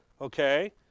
okay